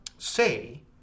Say